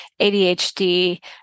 ADHD